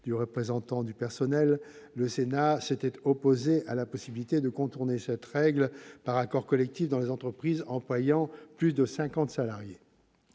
de représentant du personnel, le Sénat s'était opposé à la possibilité de contourner cette règle par accord collectif dans les entreprises employant plus de 50 salariés.